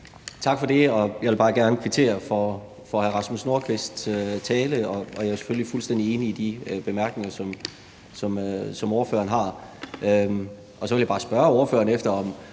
Tak for det. Jeg vil bare gerne kvittere for hr. Rasmus Nordqvists tale. Jeg er selvfølgelig fuldstændig enig i de bemærkninger, som ordføreren har. Så vil jeg bare spørge ordføreren, om